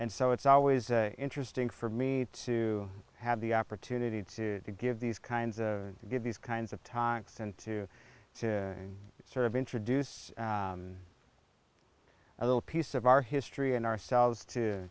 and so it's always interesting for me to have the opportunity to give these kinds of give these kinds of tonics and to to sort of introduce a little piece of our history and ourselves to